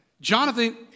Jonathan